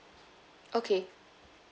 okay